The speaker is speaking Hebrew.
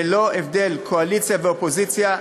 ללא הבדל קואליציה ואופוזיציה,